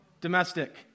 Domestic